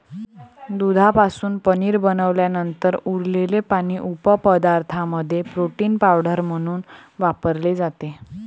दुधापासून पनीर बनवल्यानंतर उरलेले पाणी उपपदार्थांमध्ये प्रोटीन पावडर म्हणून वापरले जाते